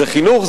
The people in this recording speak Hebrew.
זה חינוך,